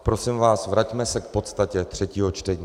Prosím vás, vraťme se k podstatě třetího čtení.